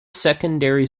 secondary